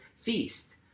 feast